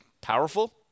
powerful